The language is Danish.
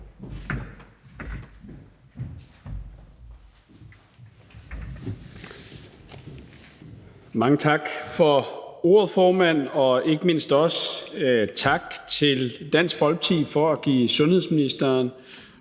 Mange tak for ordet, formand, og ikke mindst også tak til Dansk Folkeparti for at give sundhedsministeren